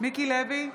מיקי לוי,